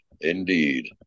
Indeed